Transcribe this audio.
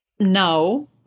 No